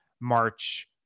March